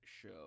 show